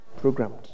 Programmed